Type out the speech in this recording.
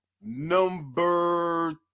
number